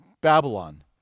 Babylon